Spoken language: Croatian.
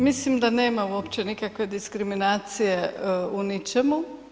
Mislim da nema uopće nikakve diskriminacije u ničemu.